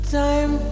time